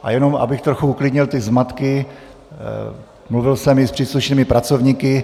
A jenom abych trochu uklidnil ty zmatky, mluvil jsem i s příslušnými pracovníky.